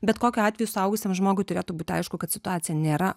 bet kokiu atveju suaugusiam žmogui turėtų būti aišku kad situacija nėra